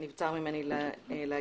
ממנו נבצר ממני להשתתף.